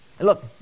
Look